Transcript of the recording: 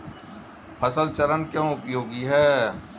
फसल चरण क्यों उपयोगी है?